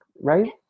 right